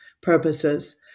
purposes